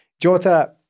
Jota